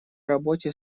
работе